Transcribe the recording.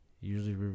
usually